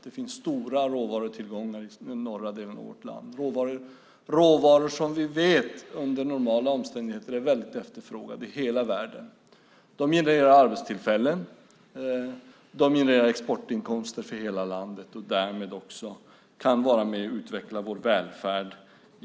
Det finns stora råvarutillgångar i norra delen av landet, råvaror som vi vet under normala omständigheter är mycket efterfrågade i hela världen. De genererar arbetstillfällen samt exportinkomster för hela landet, och genom att också generera skatteintäkter utvecklas även vår välfärd.